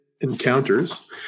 encounters